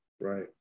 Right